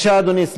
בבקשה, אדוני.